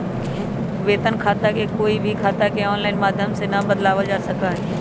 वेतन खाता में कोई भी खाता के आनलाइन माधम से ना बदलावल जा सका हई